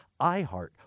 iHeart